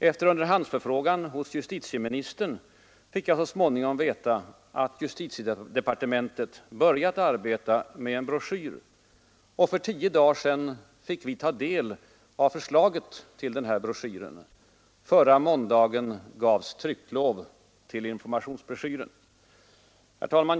Efter en underhandsförfrågan hos justitieministern fick jag så småningom veta att justitiedepartementet börjat arbeta med en broschyr, och för tio dagar sedan fick vi ta del av förslaget till denna broschyr. Förra måndagen gavs trycklov till informationsbroschyren. Herr talman!